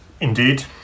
Indeed